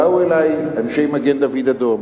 באו אלי אנשי מגן-דוד-אדום